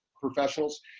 professionals